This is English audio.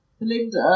Belinda